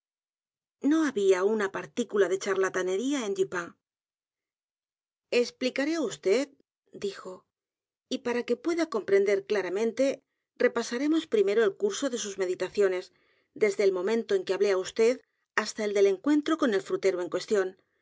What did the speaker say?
no había una partícula de charlatanería en dupin explicaré á vd dijo y p a r a que pueda comprender claramente repasaremos primero el curso de sus meditaciones desde el momento en que hablé á vd hasta el del encuentro con el frutero en cuestión